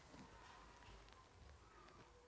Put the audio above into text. Deposit निवेश कम समय के लेली होय छै?